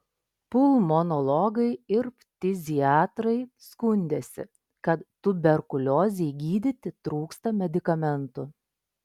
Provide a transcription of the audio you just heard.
pulmonologai ir ftiziatrai skundėsi kad tuberkuliozei gydyti trūksta medikamentų